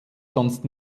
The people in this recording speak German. sonst